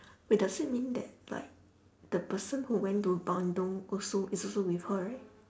wait does it mean that like the person who went to bandung also is also with her right